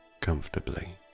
comfortably